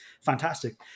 fantastic